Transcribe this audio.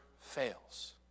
fails